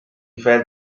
felt